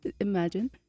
Imagine